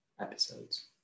episodes